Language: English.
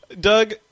Doug